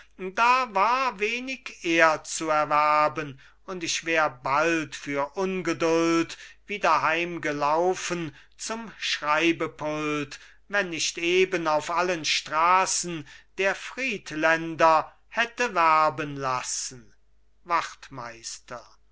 da war wenig ehr zu erwerben und ich wär bald für ungeduld wieder heimgelaufen zum schreibepult wenn nicht eben auf allen straßen der friedländer hätte werben lassen wachtmeister